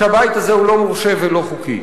שהבית הזה הוא לא מורשה ולא חוקי.